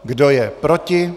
Kdo je proti?